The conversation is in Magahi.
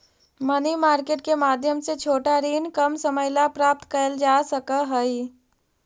मनी मार्केट के माध्यम से छोटा ऋण कम समय ला प्राप्त कैल जा सकऽ हई